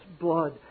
blood